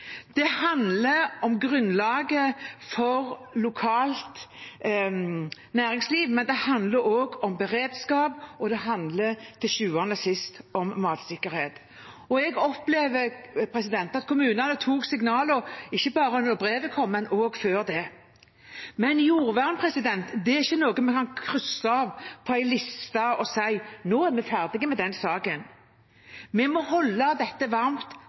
Det handler om grunnlaget for lokalt næringsliv, men det handler også om beredskap, og det handler til sjuende og sist om matsikkerhet. Jeg opplever at kommunene tok signalene, ikke bare da brevet kom, men også før det. Jordvern er ikke noe vi kan krysse av på en liste og si at nå er vi ferdige med den saken. Vi må holde dette varmt